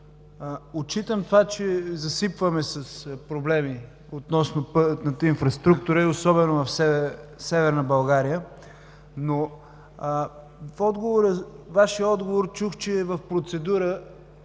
отчитам това, че Ви засипваме с проблеми относно пътната инфраструктура, и особено в Северна България, но във Вашия отговор чух, че е в процедура